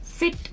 Fit